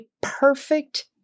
perfect